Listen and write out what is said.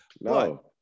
No